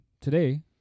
Today